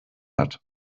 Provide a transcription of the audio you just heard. hat